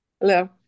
Hello